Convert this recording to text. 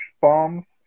bombs